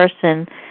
person